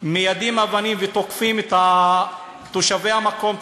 מיידים אבנים ותוקפים את תושבי המקום,